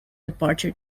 departure